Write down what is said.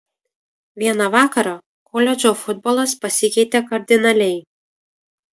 vieną vakarą koledžo futbolas pasikeitė kardinaliai